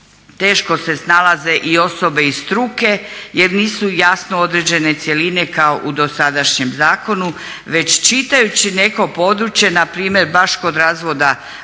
teško se snalaze i osobe iz struke jer nisu jasno određene cjeline kao u dosadašnjem zakonu već čitajući neko područje npr. baš kod razvoda braka